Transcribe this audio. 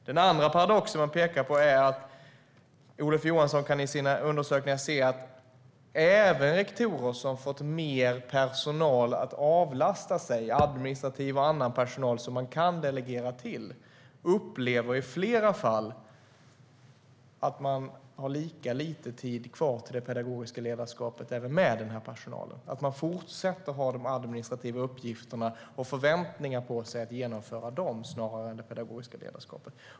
Den andra paradoxen är att Olof Johansson kan se i sina undersökningar att även rektorer som fått mer personal för avlastning, administrativ och annan personal som man kan delegera till, i flera fall upplever att de har lika lite tid kvar till det pedagogiska ledarskapet även med den personalen. Man fortsätter att ha de administrativa uppgifterna och förväntningarna på sig att genomföra dem snarare än det pedagogiska ledarskapet.